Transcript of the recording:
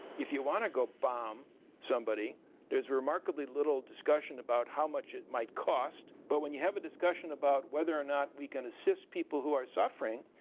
if you want to go bomb somebody there's remarkably little discussion about how much it might cost. but when you have a discussion about whether or not we can assist people who are suffering,